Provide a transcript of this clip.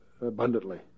abundantly